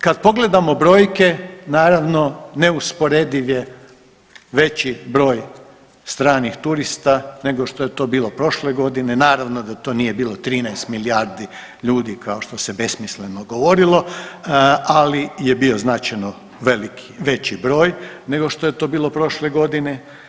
Kad pogledamo brojke naravno neusporediv je veći broj stranih turista nego što je to bilo prošle godine, naravno da to nije bilo 13 milijardi ljudi kao što se besmisleno govorilo, ali je bio značajno velik, veći broj nego što je to bilo prošle godine.